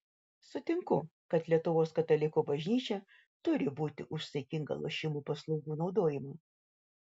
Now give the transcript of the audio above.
sutinku kad lietuvos katalikų bažnyčia turi būti už saikingą lošimų paslaugų naudojimą